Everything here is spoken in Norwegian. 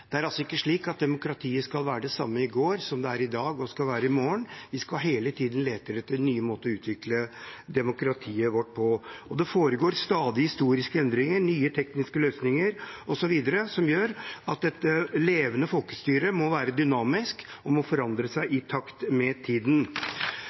Det er ikke slik at demokratiet i går, i dag og i morgen skal være det samme. Vi skal hele tiden lete etter nye måter å utvikle demokratiet vårt på. Det foregår stadig historiske endringer – det kommer nye tekniske løsninger osv. – som gjør at et levende folkestyre må være dynamisk og må forandre seg